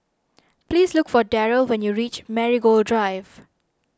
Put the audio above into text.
please look for Deryl when you reach Marigold Drive